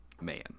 man